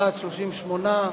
בעד, 38,